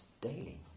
daily